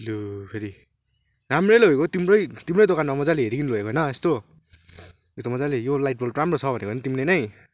ल फेरि राम्रै लगेको तिम्रै तिम्रै दोकानमा मज्जाले हेरीकन लगेको होइन यस्तो यो त मज्जाले यो लाइट बल्ब राम्रो छ भनेको होइन तिमीले नै